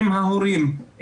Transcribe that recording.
עם ההורים,